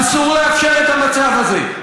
אסור לאפשר את המצב הזה.